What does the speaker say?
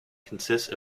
consists